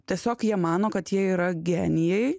tiesiog jie mano kad jie yra genijai